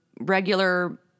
regular